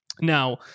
Now